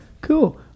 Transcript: Cool